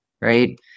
right